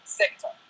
sector